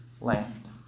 land